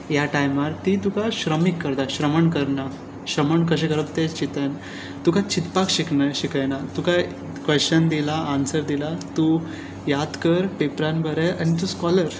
ह्या टायमार ती तुका श्रामीक करता श्रामण करना श्रामण कशे करप तुका चिंतपाक शिकयना तुका क्वेश्चन दिला आन्सर दिला तूं याद कर पेपरान बरय आनी तूं स्कॉलर